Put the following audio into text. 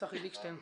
צחי דיקשטיין,